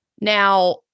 Now